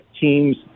teams